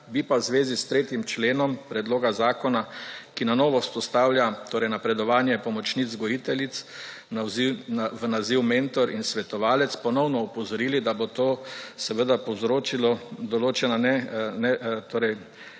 bi pa v zvezi s 3. členom predloga zakona, ki na novo vzpostavlja torej napredovanje pomočnic vzgojiteljic v naziv mentor in svetovalec, ponovno opozorili, da bo to seveda povzročilo določena